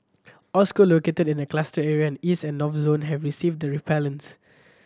all school located in the cluster area and East and North zones have received the repellents